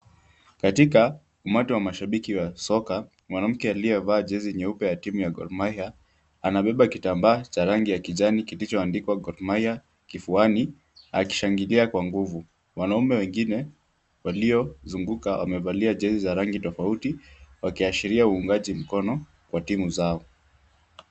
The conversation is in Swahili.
Katika umati wa mashabiki wa soka, mwanamke aliyevaa jezi nyeupe ya timu ya Gor mahia anabeba kitambaa cha rangi ya kijani kilichoandikwa Gorr mahia kifuani akishangilia kwa nguvu. Wanaume wengine waliozunguka wamevalia jezi ya rangi tofauti wakiashiria uungaji mkono wa timu zao.